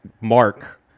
Mark